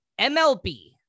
MLB